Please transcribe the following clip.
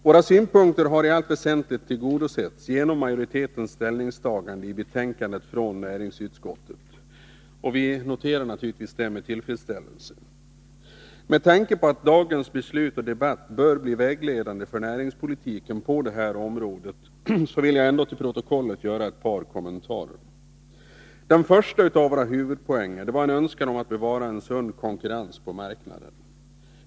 Våra synpunkter har i allt väsentligt tillgodosetts genom majoritetens ställningstagande i betänkandet från näringsutskottet. Vi noterar naturligtvis det med tillfredsställelse. Med tanke på att dagens beslut och debatt bör bli vägledande för näringspolitiken på detta område vill jag ändå till protokollet göra ett par kommentarer. Den första av våra huvudpoänger var en önskan om att bevara en sund konkurrens på marknaden.